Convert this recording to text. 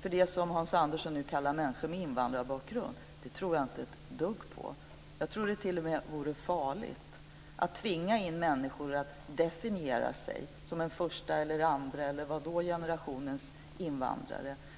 för det som Hans Andersson nu kallar människor med invandrarbakgrund, tror jag inte ett dugg på det. Jag tror att det t.o.m. vore farligt att tvinga människor att definiera sig som en första eller andra generationens invandrare.